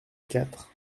quatre